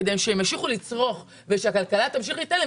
כדי שהם ימשיכו לצרוך ושהכלכלה תמשיך להתנהל,